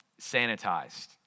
sanitized